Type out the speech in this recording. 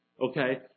okay